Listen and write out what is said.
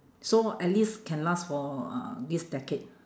so at least can last for uh this decade